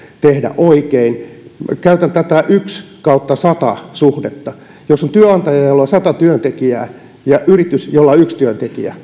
tehdä oikein käytän yksi kautta sata suhdetta jos on työnantaja jolla on sata työntekijää ja yritys jolla on yksi työntekijä